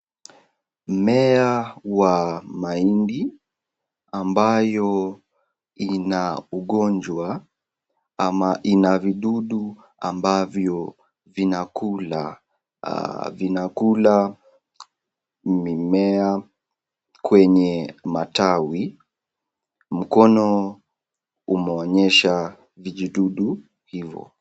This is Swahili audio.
Mmea wa mahindi ambayo ina ugonjwa ama ina vidudu ambavyo vinakula mimea kwenye matawi. Mkono umeonyesha vijidudu hivo.